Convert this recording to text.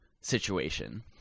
situation